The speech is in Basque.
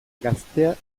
gaztea